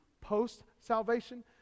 post-salvation